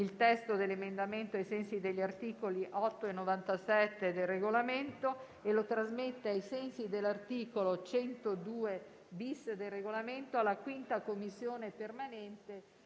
il testo dell'emendamento ai sensi e per gli effetti degli articoli 8 e 97 del Regolamento e lo trasmette, ai sensi dell'articolo 102-*bis* del Regolamento, alla 5ª Commissione permanente,